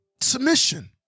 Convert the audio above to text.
Submission